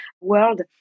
world